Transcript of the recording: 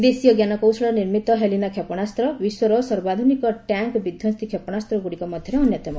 ଦେଶୀୟ ଜ୍ଞାନକୌଶଳରେ ନିର୍ମିତ ହେଲିନା କ୍ଷେପଣାସ୍ତ୍ର ବିଶ୍ୱର ସର୍ବାଧୁନିକ ଟ୍ୟାଙ୍କ୍ ବିଧ୍ୱଂସୀ କ୍ଷେପଶାସ୍ତ୍ରଗୁଡ଼ିକ ମଧ୍ୟରେ ଅନ୍ୟତମ